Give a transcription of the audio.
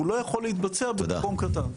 הוא לא יכול להתבצע במקום קטן.